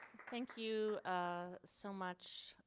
thank you ah so much,